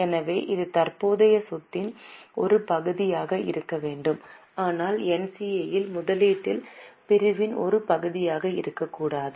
எனவே இது தற்போதைய சொத்தின் ஒரு பகுதியாக இருக்க வேண்டும் ஆனால் NCA இல் முதலீட்டு பிரிவின் ஒரு பகுதியாக இருக்கக்கூடாது